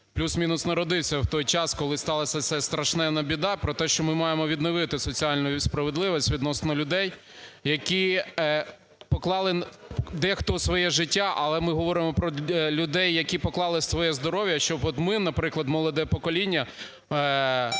плюс-мінус народився в той час, коли сталася ця страшенна біда, про те, що ми маємо відновити соціальну справедливість відносно людей, які поклали дехто своє життя, але ми говоримо про людей, які поклали своє здоров'я, щоб от ми, наприклад, молоде покоління,